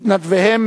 מתנדביהם,